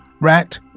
Rat